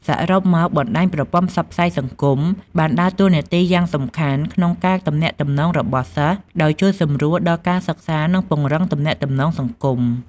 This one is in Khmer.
សរុបមក បណ្ដាញប្រព័ន្ធផ្សព្វផ្សាយសង្គមបានដើរតួនាទីយ៉ាងសំខាន់ក្នុងការទំនាក់ទំនងរបស់សិស្ស ដោយជួយសម្រួលដល់ការសិក្សា និងពង្រឹងទំនាក់ទំនងសង្គម។